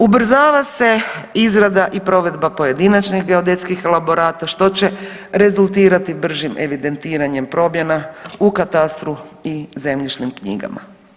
Ubrzava se izrada i provedba pojedinačnih geodetskih elaborat što će rezultirati bržim evidentiranjem promjena u katastru i zemljišnim knjigama.